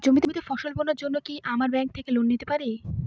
জমিতে ফসল বোনার জন্য কি আমরা ব্যঙ্ক থেকে লোন পেতে পারি?